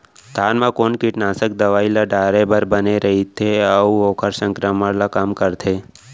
धान म कोन कीटनाशक दवई ल डाले बर बने रइथे, अऊ ओखर संक्रमण ल कम करथें?